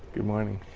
good morning.